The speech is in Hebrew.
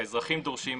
האזרחים דורשים,